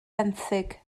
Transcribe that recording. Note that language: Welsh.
benthyg